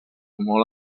molt